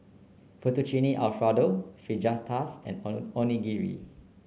Fettuccine Alfredo Fajitas and Onigiri